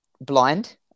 blind